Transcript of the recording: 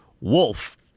wolf